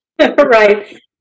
Right